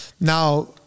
Now